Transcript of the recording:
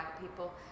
people